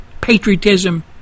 patriotism